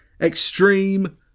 Extreme